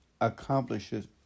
accomplishes